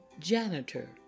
janitor